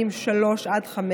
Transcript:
עד (5)